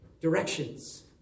directions